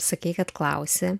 sakei kad klausi